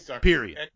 period